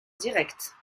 directes